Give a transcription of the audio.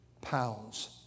pounds